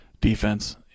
defense